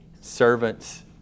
servants